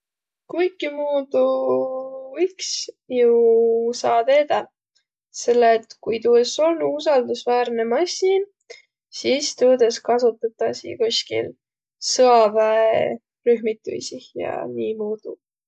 Kuikimuudu iks ju saa teedäq, selle et kui tuu es olnuq usaldusväärne massin, sis tuud es kasutatasi koskil sõaväerühmitüisih ja niimuudu.